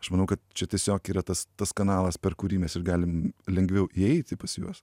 aš manau kad čia tiesiog yra tas tas kanalas per kurį mes galim lengviau įeiti pas juos